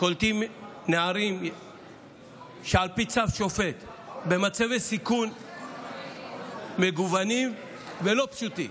קולטים נערים על פי צו שופט במצבי סיכון מגוונים ולא פשוטים.